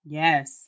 yes